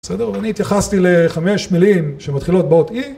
בסדר אני התייחסתי לחמש מילים שמתחילות באות E